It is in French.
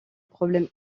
problème